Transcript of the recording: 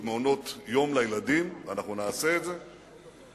שאנחנו רוצים